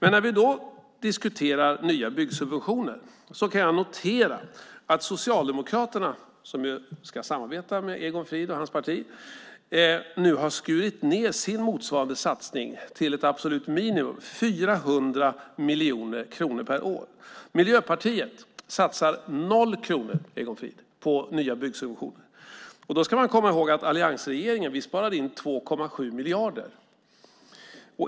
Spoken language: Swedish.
När vi diskuterar nya byggsubventioner kan jag notera att Socialdemokraterna, som ska samarbeta med Egon Frid och hans parti, har skurit ned sin motsvarande satsning till ett absolut minimum - 400 miljoner kronor per år. Miljöpartiet satsar 0 kronor, Egon Frid, på nya byggsubventioner. Då ska man komma ihåg att alliansregeringen sparade in 2,7 miljarder.